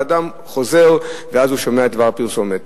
והאדם חוזר ואז הוא שומע את דבר הפרסומת.